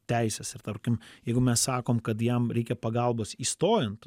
teises ir tarkim jeigu mes sakom kad jam reikia pagalbos įstojant